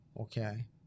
okay